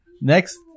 next